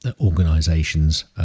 organisations